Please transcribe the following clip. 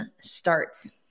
starts